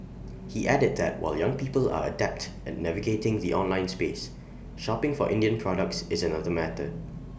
he added that while young people are adept at navigating the online space shopping for Indian products is another matter